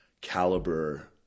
caliber